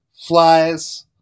flies